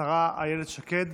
השרה אילת שקד,